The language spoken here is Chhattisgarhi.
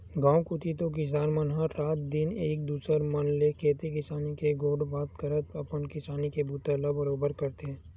गाँव कोती तो किसान मन ह रात दिन एक दूसर मन ले खेती किसानी के गोठ बात करत अपन किसानी के बूता ला बरोबर करथे